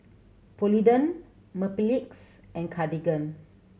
Polident Mepilex and Cartigain